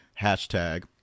hashtag